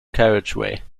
carriageway